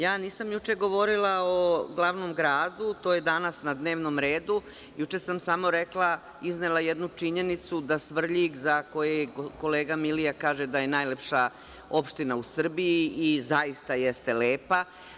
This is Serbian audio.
Ja nisam juče govorila o glavnom gradu, to je danas na dnevnom redu, juče sam samo rekla, iznela jednu činjenicu da Svrljig za kojeg kolega Milija kaže da je najlepša opština u Srbiji i zaista jeste lepa.